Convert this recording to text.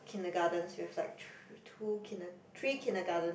kindergartens we have like two two kinder~ three kindergarten